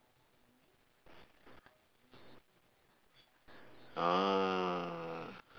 ah